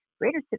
greater